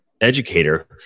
educator